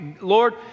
Lord